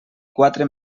quatre